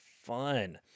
fun